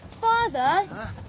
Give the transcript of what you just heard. Father